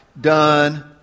Done